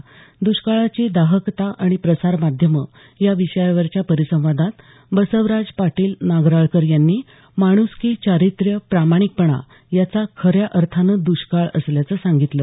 दुष्काळाची दाहकता आणि प्रसारमाध्यमं या विषयावरच्या परिसंवादात बसवराज पाटील नागराळकर यांनी माण्सकी चारित्र्य प्रामाणिकपणा याचा खऱ्या अर्थाने दष्काळ असल्याचं सांगितलं